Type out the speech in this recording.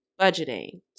budgeting